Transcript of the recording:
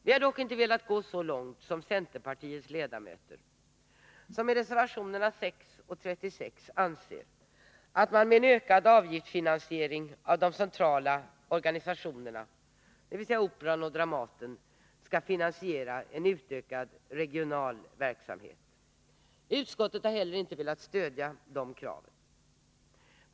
Vi har dock inte velat gå så långt som centerpartiets ledamöter, som i reservationerna 6 och 36 anser att man med en ökad avgiftsfinansiering av de centrala organisationerna, dvs. Operan och Dramaten, skall finansiera en utökad regional verksamhet. Utskottet har inte heller velat stödja dessa krav.